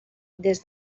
des